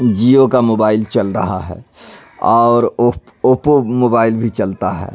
جیو کا موبائل چل رہا ہے اور اوپو موبائل بھی چلتا ہے